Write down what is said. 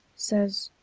says,